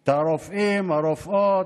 את הרופאים והרופאות,